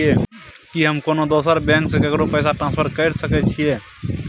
की हम कोनो दोसर बैंक से केकरो पैसा ट्रांसफर कैर सकय छियै?